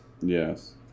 Yes